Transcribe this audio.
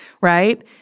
right